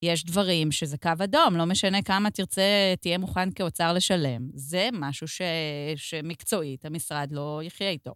יש דברים שזה קו אדום, לא משנה כמה תרצה, תהיה מוכן כאוצר לשלם. זה משהו שמקצועית, המשרד לא יחיה איתו.